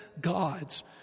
Gods